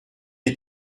est